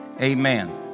amen